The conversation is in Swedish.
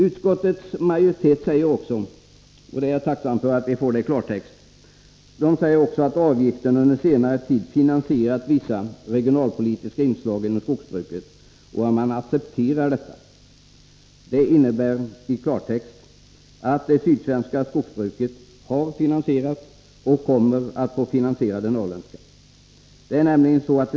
Utskottets majoritet säger också, och jag är tacksam för att vi får detta i klartext, att avgiften under senare tid finansierat vissa regionalpolitiska inslag inom skogsbruket och att man accepterar detta. Det innebär i klartext att det sydsvenska skogsbruket har finansierat och kommer att få finansiera det norrländska skogsbruket.